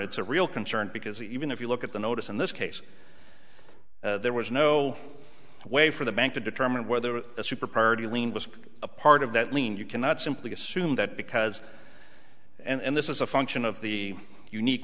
it's a real concern because even if you look at the notice in this case there was no way for the bank to determine whether a super party lien was a part of that lien you cannot simply assume that because and this is a function of the unique